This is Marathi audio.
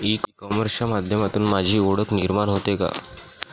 ई कॉमर्सच्या माध्यमातून माझी ओळख निर्माण होते का?